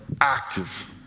active